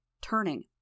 turning